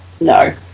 No